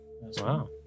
Wow